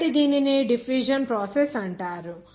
కాబట్టి దీనిని diffusion process అంటారు